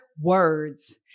words